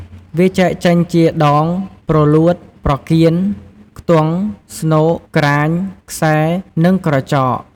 វាចែកចេញជា ដង ព្រលួត ប្រកៀន ខ្ទង់ ស្នូក ក្រាញ ខ្សែ និងក្រចក។